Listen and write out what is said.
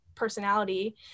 Personality